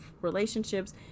relationships